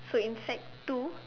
so in sec two